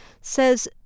says